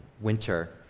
winter